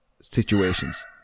situations